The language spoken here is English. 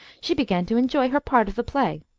she began to enjoy her part of the play.